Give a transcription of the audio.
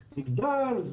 מגדר,